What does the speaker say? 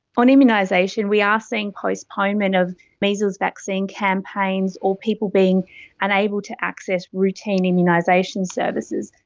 on immunisation, we are seeing postponement of measles vaccine campaigns or people being unable to access routine immunisation services.